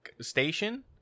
station